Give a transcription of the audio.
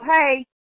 hey